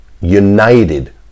United